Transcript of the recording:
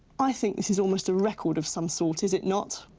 i think this is almost a record of some sort, is it not?